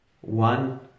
One